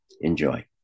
Enjoy